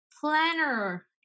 planner